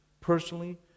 personally